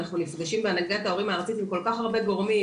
אנחנו נפגשים בהנהגת ההורים הארצית עם כל כך הרבה גורמים,